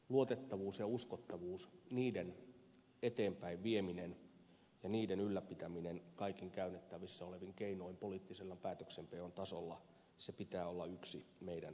luotettavuus ja uskottavuus niiden eteenpäin viemisen ja niiden ylläpitämisen kaikin käytettävissä olevin keinoin poliittisen päätöksenteon tasolla pitää olla yksi meidän päämäärämme